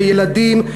בילדים.